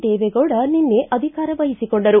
ದೇವೆಗೌಡ ನಿನ್ನೆ ಅಧಿಕಾರ ವಹಿಸಿಕೊಂಡರು